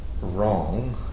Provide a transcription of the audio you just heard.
Wrong